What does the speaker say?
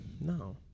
No